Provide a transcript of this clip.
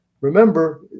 Remember